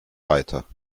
weiter